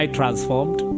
transformed